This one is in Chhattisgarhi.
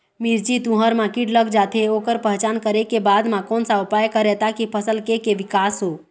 मिर्ची, तुंहर मा कीट लग जाथे ओकर पहचान करें के बाद मा कोन सा उपाय करें ताकि फसल के के विकास हो?